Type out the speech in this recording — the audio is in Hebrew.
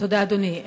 תודה, אדוני.